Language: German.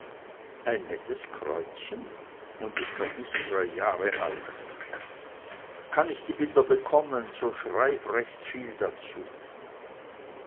ein nettes kräutchen und ist noch nicht drei jahr alt kann ich die bilder bekommen so schreib recht viel dazu